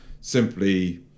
simply